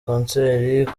concert